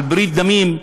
על ברית דמים,